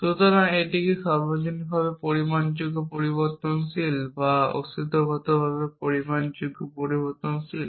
সুতরাং এটি কি সর্বজনীনভাবে পরিমাপযোগ্য পরিবর্তনশীল বা অস্তিত্বগতভাবে পরিমাপযোগ্য পরিবর্তনশীল